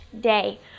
day